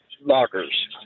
lockers